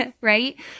right